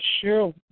sure